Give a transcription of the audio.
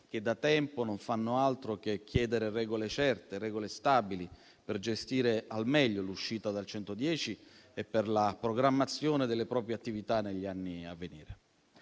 che, da tempo, non fanno altro che chiedere regole certe e stabili per gestire al meglio l'uscita dal *bonus* 110 e per la programmazione delle proprie attività negli anni a venire.